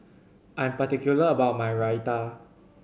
I'm particular about my Raita